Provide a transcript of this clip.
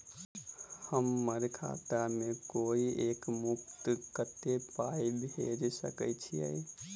हम्मर खाता मे कोइ एक मुस्त कत्तेक पाई भेजि सकय छई?